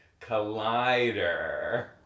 collider